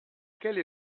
quelle